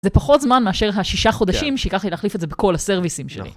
זה פחות זמן מאשר השישה חודשים שיקח לי להחליף את זה בכל הסרוויסים שלי.